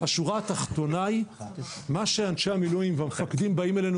השורה התחתונה היא מה שאנשי המילואים והמפקדים באים אלינו